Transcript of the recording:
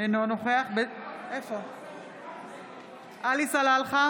נגד בצלאל סמוטריץ'